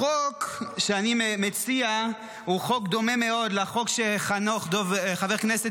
החוק שאני מציע דומה מאוד לחוק שחבר הכנסת